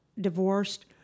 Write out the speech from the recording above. divorced